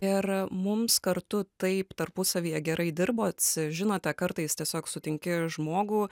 ir mums kartu taip tarpusavyje gerai dirbotsi žinote kartais tiesiog sutinki žmogų